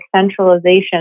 centralization